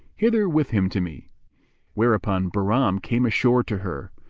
hither with him to me whereupon bahram came ashore to her,